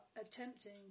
attempting